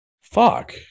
Fuck